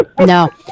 No